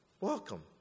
Welcome